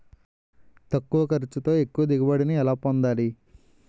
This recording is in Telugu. తక్కువ ఖర్చుతో ఎక్కువ దిగుబడి ని ఎలా పొందాలీ?